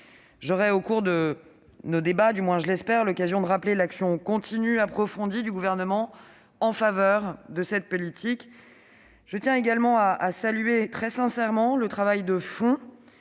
numérique. Nos débats seront l'occasion de rappeler l'action continue et approfondie du Gouvernement en faveur de cette politique. Je tiens également à saluer très sincèrement le travail de fond